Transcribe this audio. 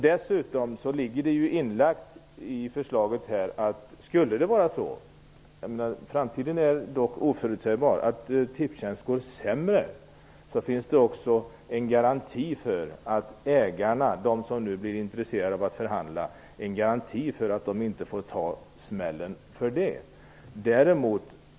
Dessutom ligger det i förslaget att om det skulle vara så -- framtiden är ju oförutsägbar -- att Tipstjänst går sämre, finns det också en garanti för att ägarna, de som nu blir intresserade av att förhandla, inte får ta smällen för det.